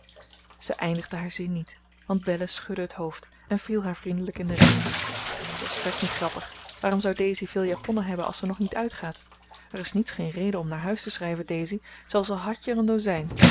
ze eindigde haar zin niet want belle schudde het hoofd en viel haar vriendelijk in de rede volstrekt niet grappig waarom zou daisy veel japonnen hebben als ze nog niet uitgaat er is niets geen reden om naar huis te schrijven daisy zelfs al had j er een dozijn